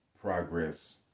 Progress